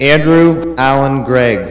andrew alan greg